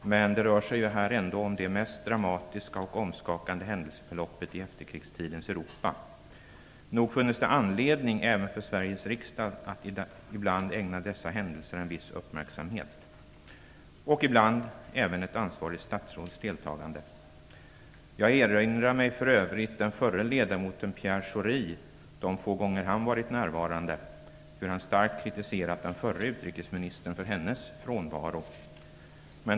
Men nu rör det sig ändå om det mest dramatiska och omskakande händelseförloppet i efterkrigstidens Europa. Nog funnes det anledning även för Sverige riksdag att ibland ägna dessa händelser en viss uppmärksamhet. Och ibland borde även ett ansvarigt statsråd delta i debatten. Jag erinrar mig för övrigt att den förre ledamoten Pierre Schori, de få gånger han var närvarande, starkt kritiserade den förre utrikesministern för hennes frånvaro.